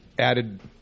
added